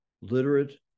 literate